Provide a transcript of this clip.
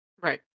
Right